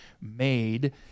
made